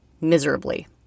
miserably